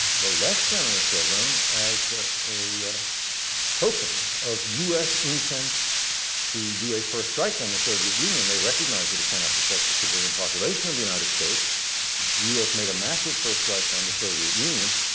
the less generous of them as ah a token of us intent to do a first strike on the soviet union. they recognize it cannot protect the civilian population of the united states but if the us makes a massive first strike on the soviet union,